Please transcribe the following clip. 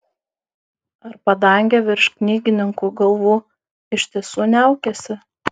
ar padangė virš knygininkų galvų iš tiesų niaukiasi